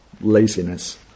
laziness